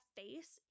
face